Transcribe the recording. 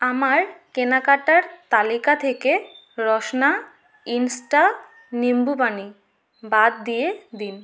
আমার কেনাকাটার তালিকা থেকে রসনা ইন্সটা নিম্বুপানি বাদ দিয়ে দিন